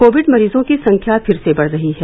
Covid मरीजों की संख्या फिर से बढ़ रही है